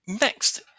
Next